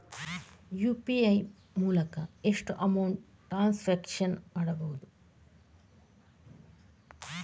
UPI ಮೂಲಕ ಎಷ್ಟು amount transaction ಮಾಡಬಹುದು?